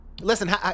Listen